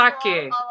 sake